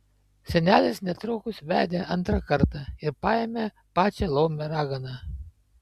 senelis netrukus vedė antrą kartą ir paėmė pačią laumę raganą